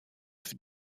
for